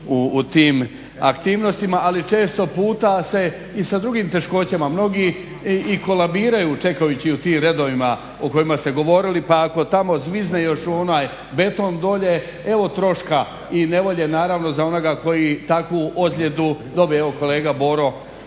u tim aktivnostima, ali često puta se i sa drugim teškoćama. Mnogi i kolabiraju čekajući u tim redovima o kojima ste govorili pa ako tamo zvizne još u onaj beton dolje evo troška i nevolje naravno za onoga koji takvu ozljedu dobije. Evo kolega Boro